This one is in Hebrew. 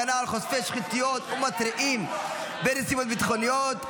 הגנה על חושפי שחיתויות ומתריעים בנסיבות ביטחוניות),